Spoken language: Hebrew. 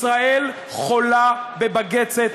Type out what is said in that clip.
ישראל חולה בבגצת.